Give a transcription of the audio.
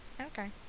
okay